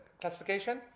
classification